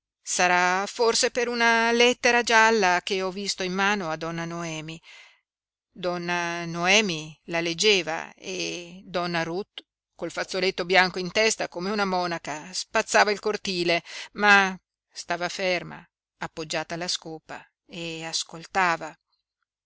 sarà forse per una lettera gialla che ho visto in mano a donna noemi donna noemi la leggeva e donna ruth col fazzoletto bianco in testa come una monaca spazzava il cortile ma stava ferma appoggiata alla scopa e ascoltava